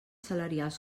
salarials